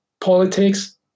politics